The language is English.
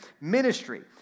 ministry